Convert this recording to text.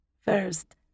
First